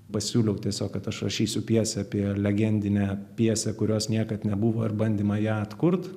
pasiūliau tiesiog kad aš rašysiu pjesę apie legendinę pjesę kurios niekad nebuvo ir bandymą ją atkurt